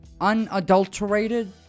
unadulterated